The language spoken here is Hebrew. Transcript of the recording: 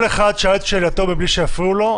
כל אחד שאל את שאלתו ולא הפריעו לו,